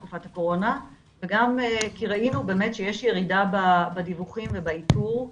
תקופת הקורונה וגם כי ראינו באמת שיש ירידה בדיווחים ובאיתור,